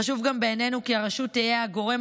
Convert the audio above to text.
חשוב גם בעינינו כי הרשות תהא הגורם